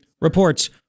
reports